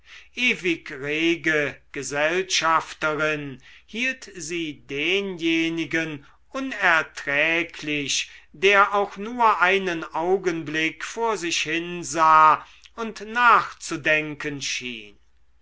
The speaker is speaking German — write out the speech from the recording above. ewig rege gesellschafterin hielt sie denjenigen unerträglich der auch nur einen augenblick vor sich hinsah und nachzudenken schien